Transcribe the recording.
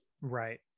right